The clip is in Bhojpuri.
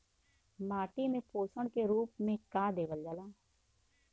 माटी में पोषण के रूप में का देवल जाला?